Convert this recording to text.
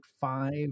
five